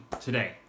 today